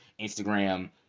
Instagram